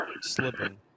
slipping